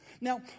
Now